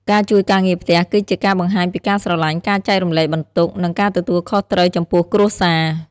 ការជួយការងារផ្ទះ គឺជាការបង្ហាញពីការស្រលាញ់ ការចែករំលែកបន្ទុក និងការទទួលខុសត្រូវចំពោះគ្រួសារ។